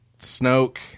Snoke